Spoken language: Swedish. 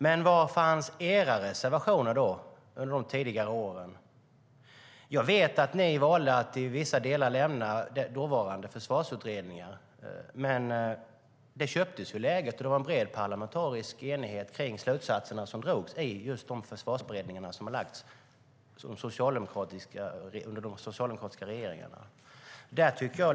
Men var fanns era reservationer under dessa år? Jag vet att ni valde att i vissa delar lämna dåvarande försvarsutredningar. Men det var en bred parlamentarisk enighet kring de slutsatser som drogs i betänkandena från försvarsberedningarna under de socialdemokratiska regeringarnas tid.